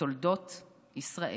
בתולדות ישראל".